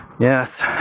Yes